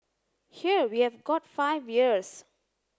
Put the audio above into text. here we have got five years